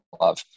love